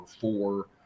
four